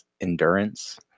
endurance